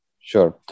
Sure